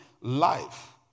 life